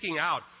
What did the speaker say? out